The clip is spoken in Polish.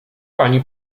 pani